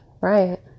Right